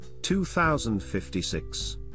2056